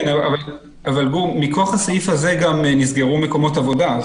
אבל מכוח הסעיף הזה גם נסגרו מקומות עבודה.